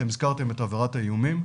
אתם הזכרתם את עבירת האיומים,